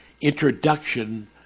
introduction